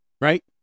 right